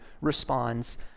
responds